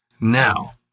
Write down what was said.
Now